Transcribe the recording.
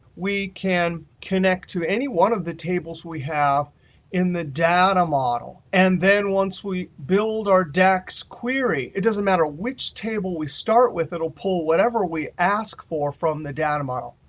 we can connect to any one of the tables we have in the data model. and then once we build our dax query, it doesn't matter which table we start with, it'll pull whatever we ask for from the data model.